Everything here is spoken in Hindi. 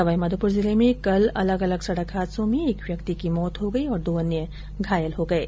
सवाईमाधोपुर जिले में कल दो अलग अलग सड़क हादसों में एक व्यक्ति की मौत हो गई और दो अन्य घायल हो गये